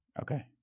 okay